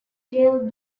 dale